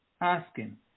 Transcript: asking